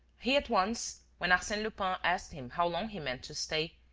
he at once, when arsene lupin asked him how long he meant to stay,